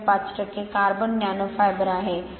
०५ टक्के carbon nano fibre आहे